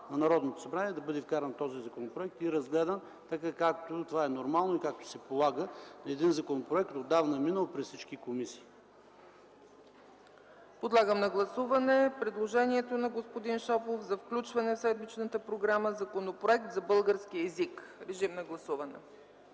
на Народното събрание, да бъде вкаран този законопроект и разгледан така, както това е нормално и се полага на законопроект отдавна минал през всички комисии. ПРЕДСЕДАТЕЛ ЦЕЦКА ЦАЧЕВА: Подлагам на гласуване предложението на господин Шопов за включване в седмичната програма на Законопроект за българския език. Гласували